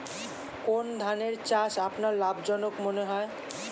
কোন ধানের চাষ আপনার লাভজনক মনে হয়?